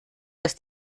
dass